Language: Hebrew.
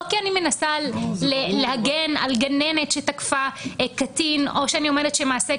לא כי אני מנסה להגן על גננת שתקפה קטין או שאני אומרת שאני אדישה,